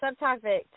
subtopic